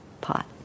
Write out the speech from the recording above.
pot